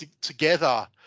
together